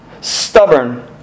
stubborn